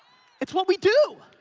it's what we do.